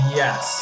yes